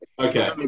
Okay